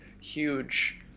huge